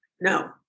No